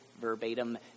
verbatim